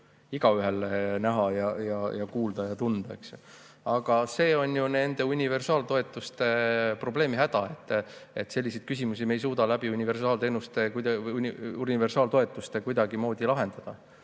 igaühele näha ja kuulda ja tunda. Aga see on ju nende universaaltoetuste häda, et selliseid küsimusi me ei suuda universaaltoetustega kuidagimoodi lahendada.